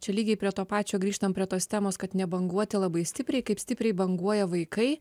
čia lygiai prie to pačio grįžtam prie tos temos kad nebanguoti labai stipriai kaip stipriai banguoja vaikai